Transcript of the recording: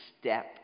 step